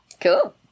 Cool